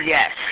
Yes